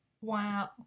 Wow